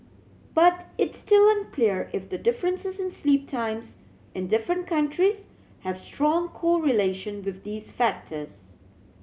but it's still unclear if the differences in sleep times in different countries have strong correlation with these factors